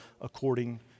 according